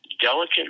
delicate